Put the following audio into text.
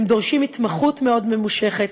הם דורשים התמחות מאוד ממושכת,